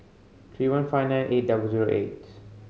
three one five nine eight double zero eight